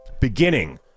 beginning